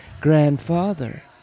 grandfather